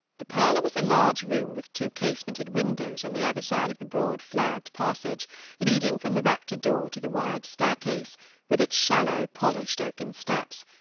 the parlour was a large room with two casemented windows on the other side of the broad flagged passage leading from the rector-door to the wide staircase, with its shallow, polished oaken steps,